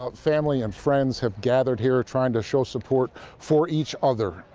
ah family and friends have gathered here trying to show support for each other.